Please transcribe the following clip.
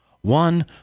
one